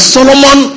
Solomon